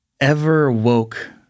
ever-woke